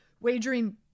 wagering